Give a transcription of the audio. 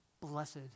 blessed